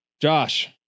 Josh